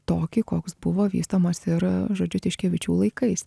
tokį koks buvo vystomas ir žodžiu tiškevičių laikais